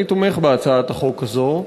אני תומך בהצעת החוק הזו,